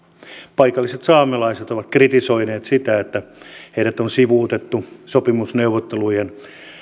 paikalliset saamelaiset ovat kritisoineet sitä että heidät on sivuutettu sopimusneuvottelujen